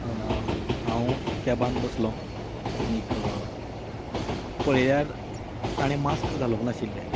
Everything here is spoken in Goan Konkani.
हांव कॅबांत बसलों आनी पळयल्यार ताणें मास्क घालूंक नाशिल्लें